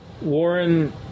Warren